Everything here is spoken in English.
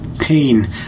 pain